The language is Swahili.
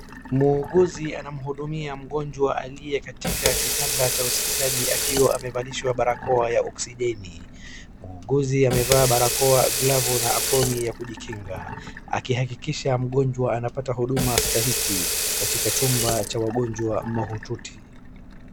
Muuguzi anamhudumia mgnjwa aliye katika kitanda cha hospitali akiwa amevalishwa barakoa ya oksigeni. Muuguzi amevaa barakoa, glavu na aproni ya kujikinga, akihakikisha mgonjwa anapata huduma stahiki katika chumba cha wagonjwa mahututi.